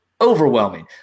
Overwhelming